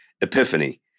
epiphany